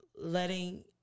letting